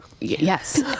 Yes